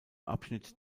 abschnitt